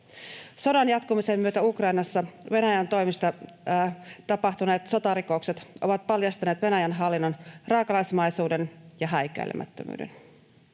Sodan jatkumisen myötä Ukrainassa Venäjän toimesta tapahtuneet sotarikokset ovat paljastaneet Venäjän hallinnon raakalaismaisuuden ja häikäilemättömyyden.